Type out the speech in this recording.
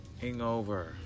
hangover